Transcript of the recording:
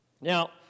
Now